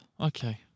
Okay